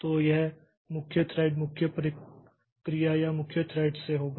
तो यह मुख्य थ्रेड मुख्य प्रक्रिया या मुख्य थ्रेड्स से होगा